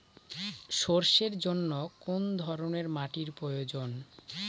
সরষের জন্য কোন ধরনের মাটির প্রয়োজন?